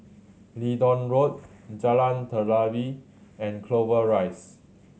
Leedon Road Jalan Telawi and Clover Rise